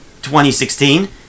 2016